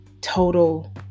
total